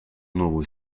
новую